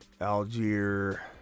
Algier